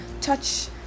touch